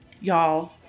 y'all